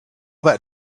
that